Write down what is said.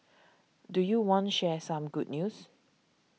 do you want share some good news